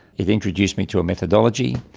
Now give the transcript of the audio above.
it introduced me to a methodology,